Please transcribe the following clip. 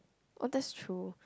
oh that's true